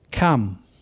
Come